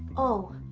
oh,